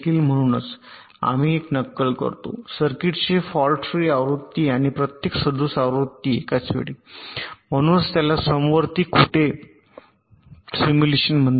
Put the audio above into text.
म्हणूनच आम्ही एक नक्कल करतो सर्किटचे फॉल्ट फ्री आवृत्ती आणि प्रत्येक सदोष आवृत्ती एकाचवेळी म्हणूनच त्याला समवर्ती खोटे सिम्युलेशन म्हणतात